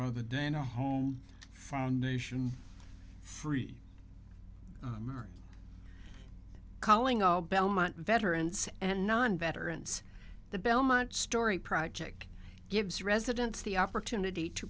by the dana home foundation free calling all belmont veterans and non veterans the belmont story project gives residents the opportunity to